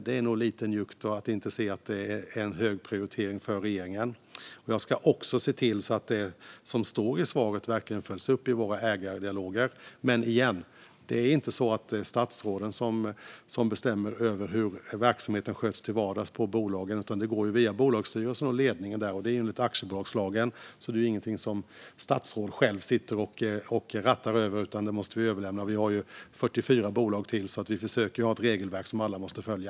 Det är nog lite njuggt att inte se att detta är högt prioriterat för regeringen. Jag ska se till att det som står i interpellationssvaret verkligen följs upp i våra ägardialoger. Men åter: Det är inte så att det är statsråden som bestämmer över hur verksamheten sköts till vardags på bolagen, utan det går via bolagsstyrelserna och ledningarna. Det sker enligt aktiebolagslagen. Det är ingenting som ett statsråd själv sitter och rattar över, utan det måste vi överlämna. Vi har ju 44 bolag till, och vi försöker ha ett regelverk som alla måste följa.